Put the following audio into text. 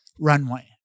runway